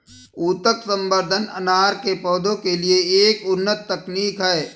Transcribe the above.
ऊतक संवर्धन अनार के पौधों के लिए एक उन्नत तकनीक है